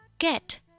Get